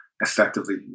effectively